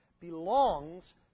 belongs